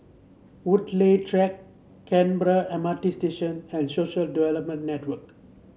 Woodleigh Track Canberra M R T Station and Social Development Network